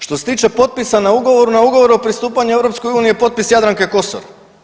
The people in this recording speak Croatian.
Što se tiče potpisa na ugovoru, na ugovoru o pristupanju EU je potpis Jadranke Kosor.